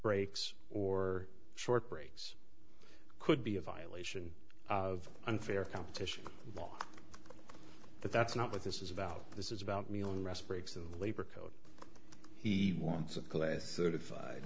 breaks or short breaks could be a violation of unfair competition law but that's not what this is about this is about me on respirators and labor code he wants a class certified